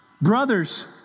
Brothers